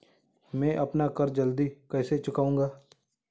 मैं अपना कर्ज जल्दी कैसे चुकाऊं?